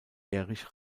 erich